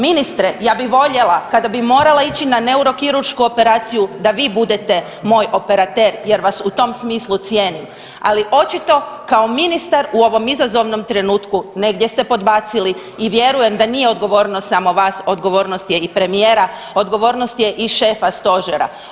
Ministre, ja bi voljela kada bi morala ići na neurokiruršku operaciju da vi budete moj operater jer vas u tom smislu cijenim, ali očito kao ministar u ovom izazovnom trenutku negdje ste podbacili i vjerujem da nije odgovornost samo vas, odgovornost je i premijera, odgovornost je i šefa stožera.